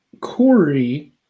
Corey